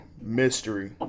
Mystery